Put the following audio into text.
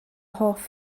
hoff